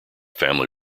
family